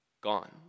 gone